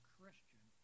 Christian